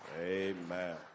Amen